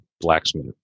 blacksmith